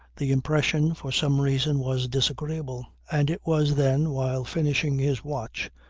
the impression for some reason was disagreeable. and it was then, while finishing his watch,